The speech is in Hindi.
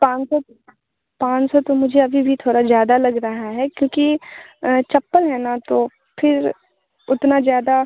पाँच सौ पाँच सौ तो मुझे अभी भी थोड़ा ज़्यादा लगा रहा है क्योंकि चप्पल है न तो फिर उतना ज़्यादा